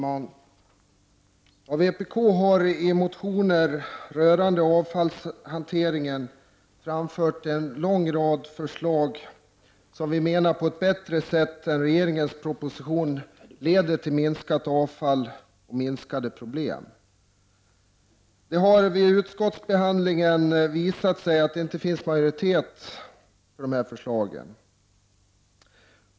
Herr talman! Vpk har i motioner rörande avfallshanteringen framfört en lång rad förslag som vi menar på ett bättre sätt än regeringens proposition leder till ett minskat avfall och minskade problem. Det har vid utskottsbehandlingen visat sig att det inte finns majoritet för dessa förslag.